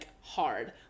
hard